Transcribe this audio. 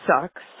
sucks